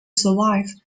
survive